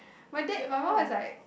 my dad my mum is like